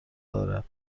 دارد